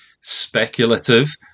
speculative